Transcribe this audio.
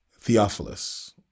Theophilus